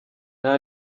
nta